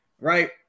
right